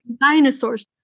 Dinosaurs